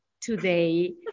today